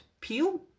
peel